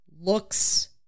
looks